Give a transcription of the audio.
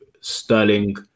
sterling